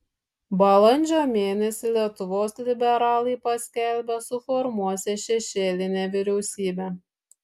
balandžio mėnesį lietuvos liberalai paskelbė suformuosią šešėlinę vyriausybę